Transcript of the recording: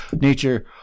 nature